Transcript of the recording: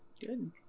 Good